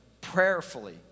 prayerfully